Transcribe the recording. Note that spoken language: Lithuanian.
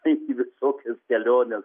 taip į visokias keliones